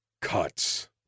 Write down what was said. cuts